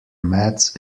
maths